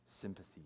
sympathy